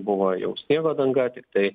buvo jau sniego danga tiktai